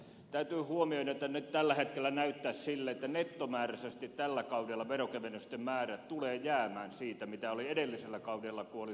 täytyy huomioida että nyt tällä hetkellä näyttäisi siltä että nettomääräisesti tällä kaudella veronkevennysten määrä tulee jäämään siitä mitä se oli edellisellä kaudella kun oli sosialidemokraattinen valtiovarainministeri